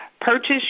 purchase